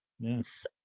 yes